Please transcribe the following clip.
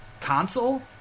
console